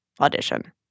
audition